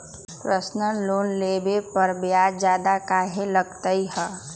Personal loan लेबे पर ब्याज ज्यादा काहे लागईत है?